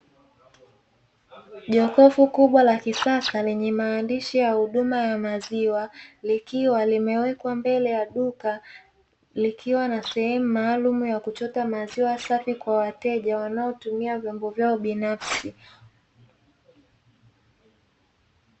Jokofu kubwa la kisasa lenye maandishi ya huduma ya maziwa likiwa limewekwa mbele ya duka, likiwa na sehemu maalum ya kuchota maziwa safi kwa wateja wanaotumia vyombo vyao binafsi.